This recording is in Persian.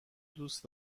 دوست